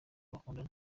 bakundana